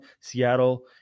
Seattle